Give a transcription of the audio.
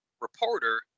reporter